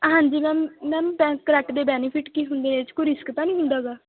ਹਾਂਜੀ ma'am ma'am dance karate ਦੇ benefit ਕੀ ਹੁੰਦੇ ਆ ਇਹਦੇ 'ਚ ਕੋਈ ਰਿਸਕ ਤਾਂ ਨਹੀਂ ਹੁੰਦਾ ਗਾ